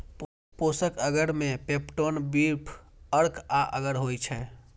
पोषक अगर मे peptone, beef अर्क आ अगर होइ छै